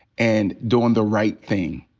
and doin' the right thing.